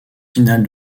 finale